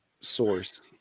source